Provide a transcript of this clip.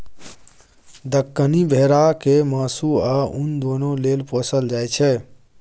दक्कनी भेरा केँ मासु आ उन दुनु लेल पोसल जाइ छै